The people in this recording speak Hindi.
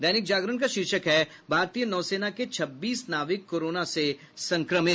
दैनिक जागरण का शीर्षक है भारतीय नौसेना के छब्बीस नाविक कोरोना से संक्रमित